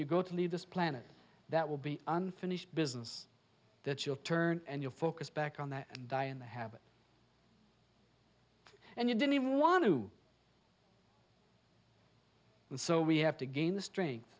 you go to leave this planet that will be unfinished business that your turn and your focus back on that and die in the habit and you didn't want to and so we have to gain the strength